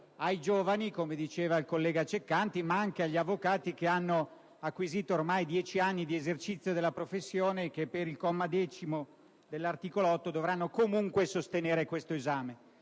ai giovani, come sottolineato dal collega Ceccanti, ma anche agli avvocati che hanno acquisito almeno dieci anni di esercizio della professione e che, per il comma 10 dell'articolo 8, dovranno comunque sostenere questo esame.